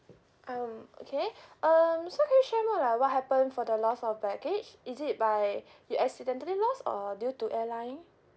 um okay um so can you share more like what happened for the loss of baggage is it by you accidentally lost or due to airline